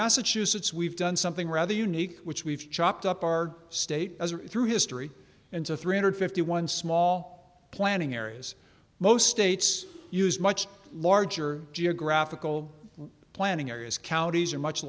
massachusetts we've done something rather unique which we've chopped up our state through history into three hundred fifty one small planning areas most states use much larger geographical planning areas counties are much